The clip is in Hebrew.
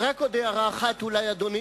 אולי רק עוד הערה אחת, אדוני.